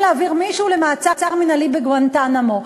להעביר מישהו למעצר מינהלי בגואנטנמו.